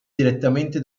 direttamente